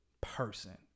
person